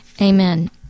Amen